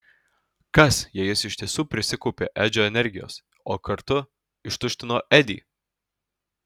kas jei jis iš tiesų prisikaupė edžio energijos o kartu ištuštino edį